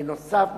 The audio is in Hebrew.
בנוסף,